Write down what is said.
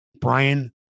Brian